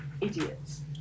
idiots